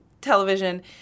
television